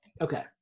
okay